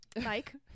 mike